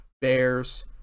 Bears